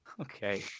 Okay